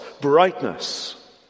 brightness